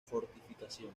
fortificación